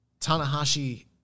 Tanahashi